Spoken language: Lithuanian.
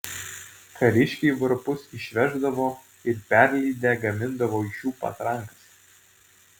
kariškiai varpus išveždavo ir perlydę gamindavo iš jų patrankas